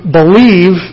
believe